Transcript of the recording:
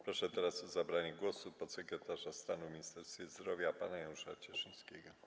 Proszę teraz o zabranie głosu podsekretarza stanu w Ministerstwie Zdrowia pana Janusza Cieszyńskiego.